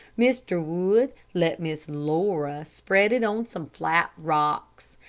mr. wood let miss laura spread it on some flat rocks,